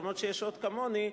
אף שיש עוד כמוני,